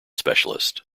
specialist